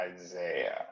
Isaiah